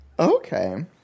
Okay